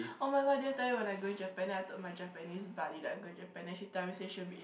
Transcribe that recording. [oh]-my-god did I tell when I going Japan I told my Japanese buddy that I'm going Japan then she tell me say she will be in